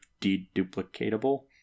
deduplicatable